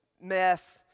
meth